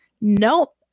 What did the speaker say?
nope